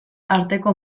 arteko